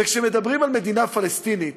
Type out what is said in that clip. וכשמדברים על מדינה פלסטינית,